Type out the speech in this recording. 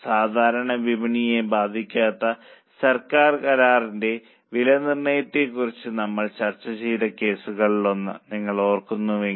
സാധാരണ വിപണിയെ ബാധിക്കാത്ത സർക്കാർ കരാറിന്റെ വിലനിർണ്ണയത്തെക്കുറിച്ച് നമ്മൾ ചർച്ച ചെയ്ത കേസുകളിലൊന്ന് നിങ്ങൾ ഓർക്കുന്നുവെങ്കിൽ